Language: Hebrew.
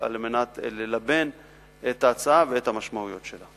על מנת ללבן את ההצעה ואת המשמעויות שלה.